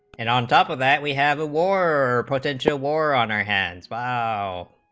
and on top of that we have a war are potential war on our hands, ah